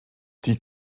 die